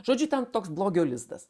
žodžiu ten toks blogio lizdas